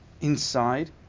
inside